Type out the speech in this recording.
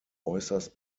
äußerst